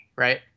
right